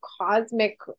cosmic